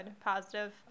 positive